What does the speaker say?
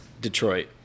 Detroit